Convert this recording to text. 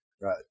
Right